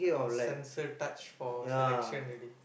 sensor touch for selection already